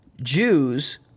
Jews